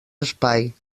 espai